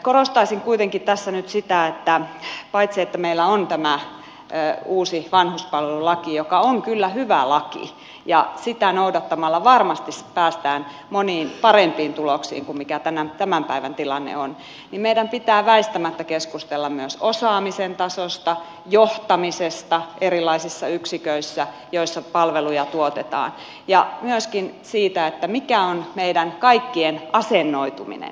korostaisin kuitenkin tässä nyt sitä että paitsi että meillä on tämä uusi vanhuspalvelulaki joka on kyllä hyvä laki ja jota noudattamalla varmasti päästään moniin parempiin tuloksiin kuin tämän päivän tilanne on niin meidän pitää väistämättä keskustella myös osaamisen tasosta johtamisesta erilaisissa yksiköissä joissa palveluja tuotetaan ja myöskin siitä mikä on meidän kaikkien asennoituminen